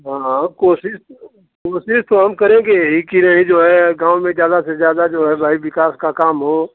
हाँ कोशिश कोशिश तो हम करेंगे ही कि यही जो है गाँव में ज़्यादा से ज़्यादा जो है भाई विकास का काम हो